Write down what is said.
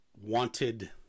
wanted